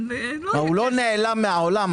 הרי הוא לא נעלם מהעולם.